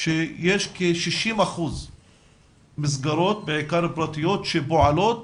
שיש כ-60 אחוזים מהמסגרות, בעיקר פרטיות, שפועלות